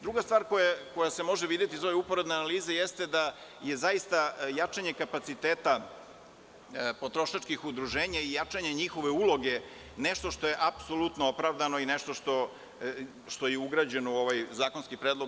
Druga stvar koja se može videti iz ove uporedne analize jeste da je zaista jačanje kapaciteta potrošačkih udruženja i jačanje njihove uloge nešto što je apsolutno opravdano i nešto što je ugrađeno u ovaj zakonski predlog.